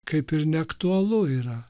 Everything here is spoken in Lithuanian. kaip ir neaktualu yra